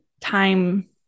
time